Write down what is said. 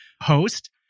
host